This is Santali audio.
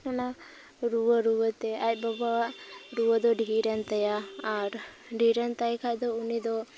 ᱚᱱᱟ ᱨᱩᱣᱟᱹ ᱨᱩᱣᱟᱹ ᱛᱮ ᱟᱡ ᱵᱟᱵᱟᱣᱟᱜ ᱨᱩᱭᱟᱹ ᱫᱚ ᱰᱷᱮᱨᱮᱱ ᱛᱟᱭᱟ ᱟᱨ ᱰᱷᱮᱨᱮᱱ ᱛᱟᱭᱠᱷᱟᱱ ᱫᱚ ᱩᱱᱤ ᱫᱚ